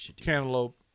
cantaloupe